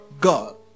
God